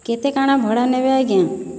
କେତେ କାଣା ଭଡ଼ା ନେବେ ଆଜ୍ଞା